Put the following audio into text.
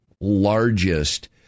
largest